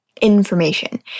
information